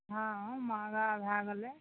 हँ महगा भए गेलै